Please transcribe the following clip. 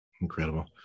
Incredible